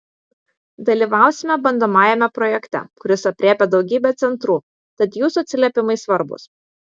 dalyvausime bandomajame projekte kuris aprėpia daugybę centrų tad jūsų atsiliepimai svarbūs